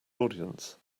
audience